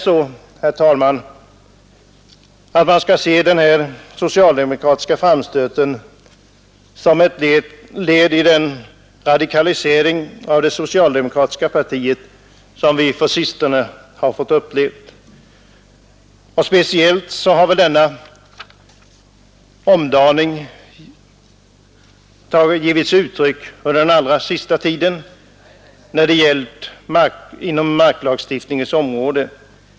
Skall man se den här socialdemokratiska framstöten som ett led i den radikalisering av det socialdemokratiska partiet som vi har fått uppleva på sistone? Speciellt har denna omdaning kommit till uttryck på marklagstiftningens område.